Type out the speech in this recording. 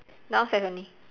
downstairs only